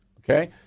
Okay